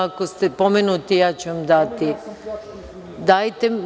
Ako ste pomenuti, ja ću vam dati reč.